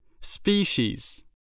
Species